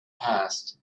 passed